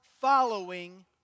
following